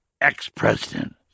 ex-president